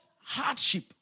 hardship